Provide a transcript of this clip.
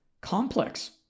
complex